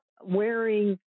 wearing